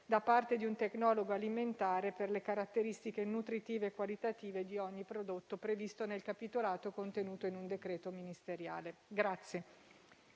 da parte di un tecnologo alimentare per le caratteristiche nutritive e qualitative di ogni prodotto previsto nel capitolato contenuto in un decreto ministeriale.